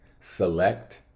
select